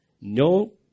no